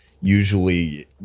usually